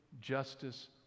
justice